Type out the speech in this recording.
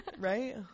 Right